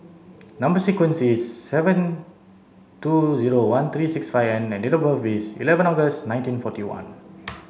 number sequence is seven two zero one three six five N and date of birth is eleven August nineteen forty one